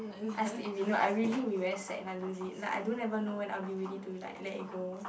I sleep with it no I really be very sad if I lose it like I don't ever know when I will be ready to like let it go